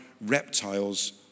reptiles